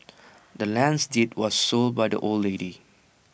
the land's deed was sold by the old lady